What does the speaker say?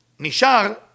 Nishar